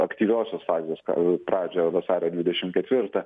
aktyviosios fazės ka pradžią vasario dvidešim ketvirtą